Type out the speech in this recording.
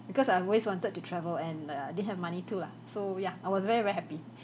because I've always wanted to travel and uh I didn't have money to lah so yeah I was very very happy